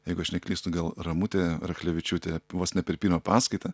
jeigu aš neklystu gal ramutė rachlevičiūtė vos ne per pirmą paskaitą